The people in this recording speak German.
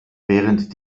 während